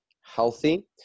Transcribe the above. healthy